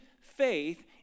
faith